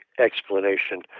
explanation